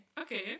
Okay